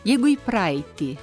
jeigu į praeitį